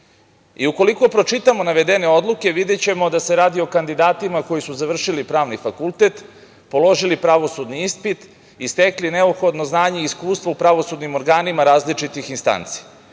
pravosuđa. Ukoliko pročitamo navedene odluke, videćemo da se radi o kandidatima koji su završili pravni fakultet, položili pravosudni ispit i stekli neophodno znanje i iskustvo u pravosudnim organima različitih instanci.